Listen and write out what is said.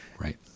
Right